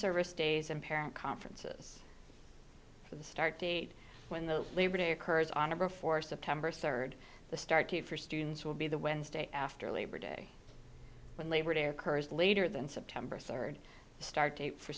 service days and parent conferences for the start date when the labor day occurs on or before september third the start date for students will be the wednesday after labor day when labor day occurs later than september third start date for